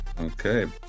Okay